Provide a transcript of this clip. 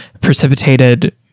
precipitated